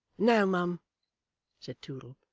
no, mum said toodle.